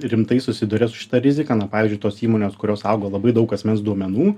rimtai susiduria su šita rizika na pavyzdžiui tos įmonės kurios saugo labai daug asmens duomenų